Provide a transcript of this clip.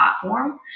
platform